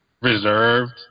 reserved